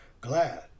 Glad